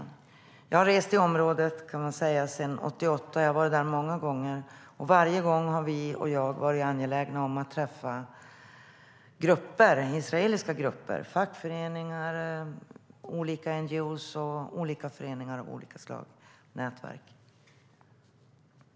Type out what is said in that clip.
Jag har rest i området sedan 1988 och har varit där många gånger. Varje gång har vi och jag varit angelägna om att träffa grupper. Det har varit israeliska grupper, fackföreningar, olika NGO:er, föreningar och nätverk av olika slag.